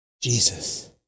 Jesus